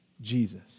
Jesus